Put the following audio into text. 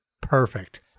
Perfect